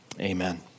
amen